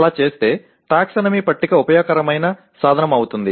అలా చేస్తే టాక్సానమీ పట్టిక ఉపయోగకరమైన సాధనం అవుతుంది